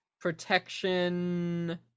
protection